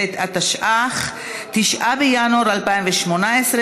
התשע"ח 2018,